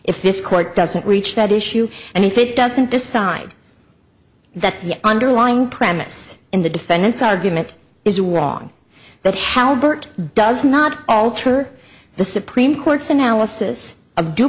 if this court doesn't reach that issue and if it doesn't decide that the underlying premise in the defendant's argument is wrong that halbert does not alter the supreme court's analysis of due